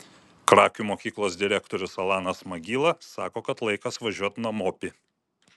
krakių mokyklos direktorius alanas magyla sako kad laikas važiuot namopi